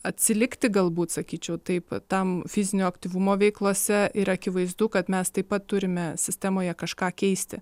atsilikti galbūt sakyčiau taip tam fizinio aktyvumo veiklose ir akivaizdu kad mes taip pat turime sistemoje kažką keisti